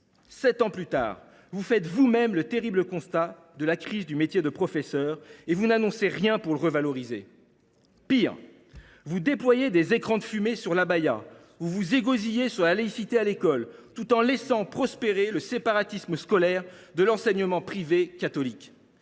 Sept ans plus tard, vous faites vous même, monsieur le Premier ministre, le terrible constat de la crise du métier de professeur, mais vous n’annoncez rien pour le revaloriser. Pis, vous déployez des écrans de fumée autour de l’abaya, vous vous égosillez sur la laïcité à l’école, mais vous laissez prospérer le séparatisme scolaire de l’enseignement privé catholique.